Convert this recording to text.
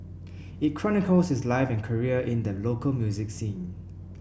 it chronicles his life and career in the local music scene